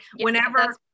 whenever